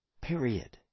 Period